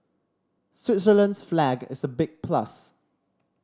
Switzerland's flag is a big plus